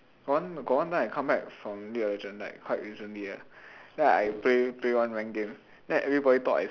got one got one time I come back from league of legend like quite recently ah then I play play one rank game then everybody thought I